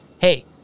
hey